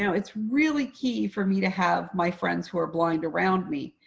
you know it's really key for me to have my friends who are blind around me.